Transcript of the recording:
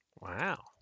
Wow